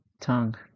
tongue